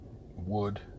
wood